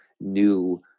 new